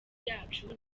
yacu